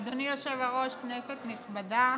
אדוני היושב-ראש, כנסת נכבדה,